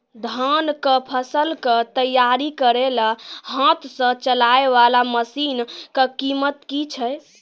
धान कऽ फसल कऽ तैयारी करेला हाथ सऽ चलाय वाला मसीन कऽ कीमत की छै?